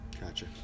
Gotcha